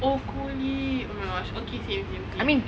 oh கோழி:kozhi oh my gosh okay okay same same same